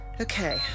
okay